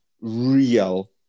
real